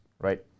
Right